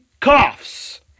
coughs